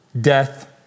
death